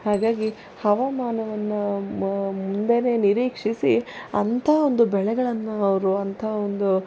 ಹಾಗಾಗಿ ಹವಾಮಾನವನ್ನು ಮುಂದೆನೇ ನೀರೀಕ್ಷಿಸಿ ಅಂಥಾ ಒಂದು ಬೆಳೆಗಳನ್ನು ಅವರು ಅಂಥಾ ಒಂದು